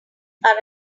are